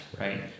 right